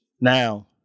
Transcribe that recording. Now